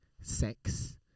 sex